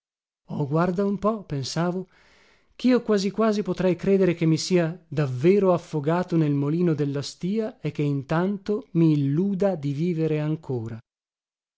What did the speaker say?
oh guarda un po pensavo chio quasi quasi potrei credere che mi sia davvero affogato nel molino della stìa e che intanto mi illuda di vivere ancora